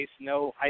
no